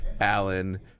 Alan